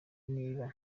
niba